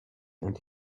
and